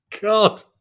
God